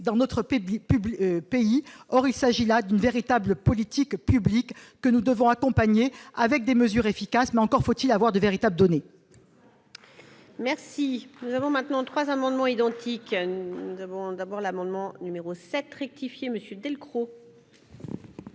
les publie pays, or il s'agit là d'une véritable politique publique que nous devons accompagner avec des mesures efficaces mais encore faut-il avoir de véritables données. Merci, nous avons maintenant 3 amendements identiques, nous devons d'abord l'amendement numéro 7 rectifié monsieur Delcros.